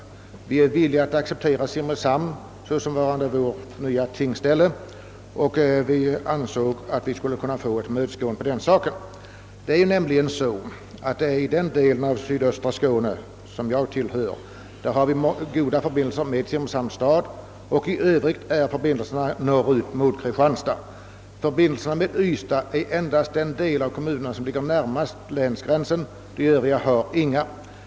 Vi var däremot villiga att acceptera Simrishamn såsom vårt nya tingsställe och vi ansåg att vi borde kunna få ett tillmötesgående på den punkten. I den del av sydöstra Skåne där jag bor har vi goda förbindelser med Simrishamn; i övrigt går förbindelserna norrut mot Kristianstad. Förbindelse med Ystad har endast de kommuner som ligger närmast länsgränsen; de övriga har inga sådana förbindelser.